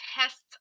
tests